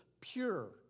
pure